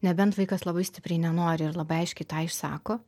nebent vaikas labai stipriai nenori ir labai aiškiai tą išsako